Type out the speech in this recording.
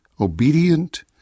obedient